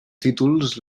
títols